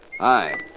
Hi